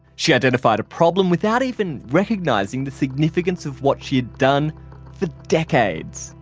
she identified a problem without even recognizing the significance of what she had done for decades